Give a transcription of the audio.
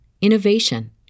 innovation